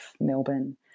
Melbourne